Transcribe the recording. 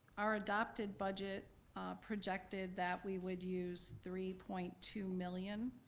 our adopted budget projected that we would use three point two million,